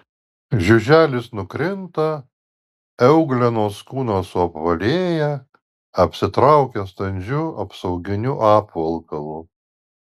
žiuželis nukrinta euglenos kūnas suapvalėja apsitraukia standžiu apsauginiu apvalkalu